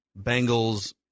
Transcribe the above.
Bengals